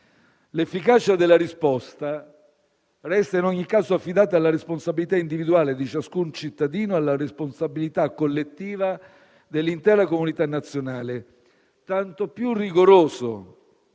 L'efficacia della risposta resta in ogni caso affidata alla responsabilità individuale di ciascun cittadino e a quella collettiva dell'intera comunità nazionale. Tanto più rigoroso